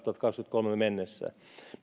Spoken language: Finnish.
kaksituhattakaksikymmentäkolme mennessä